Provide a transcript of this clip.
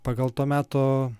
pagal to meto